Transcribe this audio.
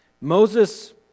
Moses